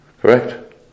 Correct